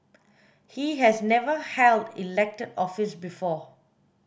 he has never held elected office before